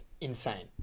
insane